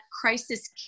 crisis